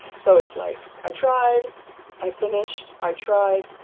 so it's like i tried i finished i tried,